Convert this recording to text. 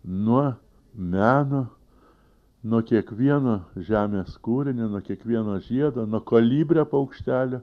nuo meno nuo kiekvieno žemės kūrinio nuo kiekvieno žiedo nuo kolibrio paukštelio